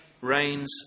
rains